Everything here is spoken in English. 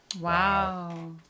Wow